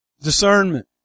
Discernment